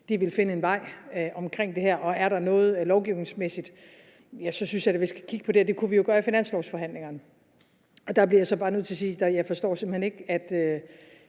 vil finde en vej omkring det her, og er der noget lovgivningsmæssigt, synes jeg da, at vi skal kigge på det, og det kunne vi jo gøre i finanslovsforhandlingerne. Der bliver jeg jo så bare nødt til at sige, at jeg simpelt hen ikke